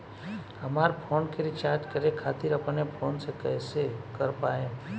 हमार फोन के रीचार्ज करे खातिर अपने फोन से कैसे कर पाएम?